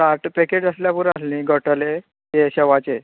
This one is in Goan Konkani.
साठ पेकीट आसल्यार पुरो आसली घोटोले ये शवाचे